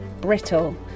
brittle